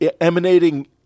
emanating